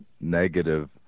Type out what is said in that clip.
negative